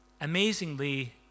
amazingly